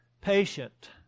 Patient